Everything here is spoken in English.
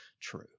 true